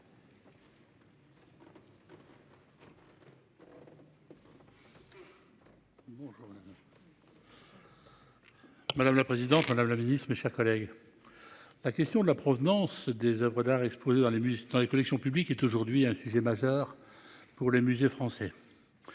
Madame la présidente Madame la Ministre, mes chers collègues. La question de la provenance des Oeuvres d'art exposée dans les bus dans les collections publiques est aujourd'hui un sujet majeur pour les musées français.